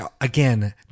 again